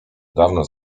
dawno